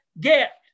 get